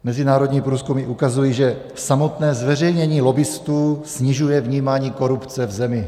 Mezinárodní průzkumy ukazují, že samotné zveřejnění lobbistů snižuje vnímání korupce v zemi.